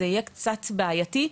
זה יהיה קצת בעייתי,